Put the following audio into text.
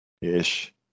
ish